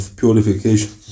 purification